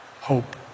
Hope